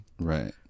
right